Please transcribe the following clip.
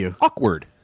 awkward